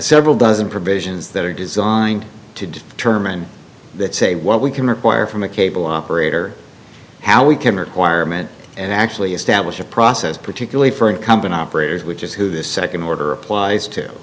several dozen provisions that are designed to determine that say what we can require from a cable operator how we can requirement and actually establish a process particularly for incumbent operators which is who this second order applies to